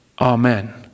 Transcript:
Amen